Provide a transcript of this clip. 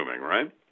right